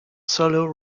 solo